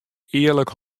earlik